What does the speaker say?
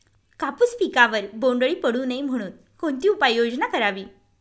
कापूस पिकावर बोंडअळी पडू नये म्हणून कोणती उपाययोजना करावी?